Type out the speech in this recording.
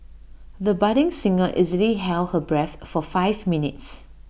the budding singer easily held her breath for five minutes